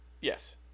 Yes